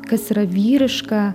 kas yra vyriška